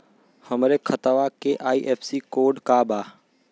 हमरे खतवा के आई.एफ.एस.सी कोड का बा?